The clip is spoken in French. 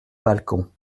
balcon